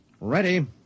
Ready